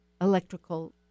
electrical